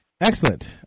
excellent